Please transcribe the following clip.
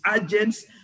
agents